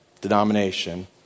denomination